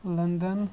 London